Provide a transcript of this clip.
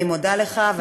אני מודה לך.